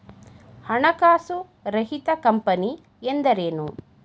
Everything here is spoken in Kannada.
ಹಣಕಾಸು ರಹಿತ ಕಂಪನಿ ಎಂದರೇನು?